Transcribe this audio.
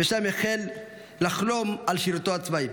ושם החל לחלום על שירותו הצבאי.